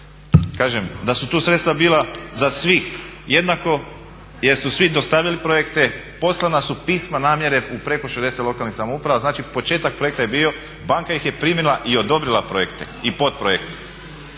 da su tu sredstva bila za svih jednako jer su svi dostavljali projekte. Poslana su pisma namjere u preko 60 lokalnih samouprava. Znači početak projekta je bio, banka ih je primila i odobrila projekte i podprojekte